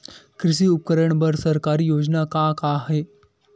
कृषि उपकरण बर सरकारी योजना का का हे?